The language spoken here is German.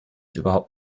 überhaupt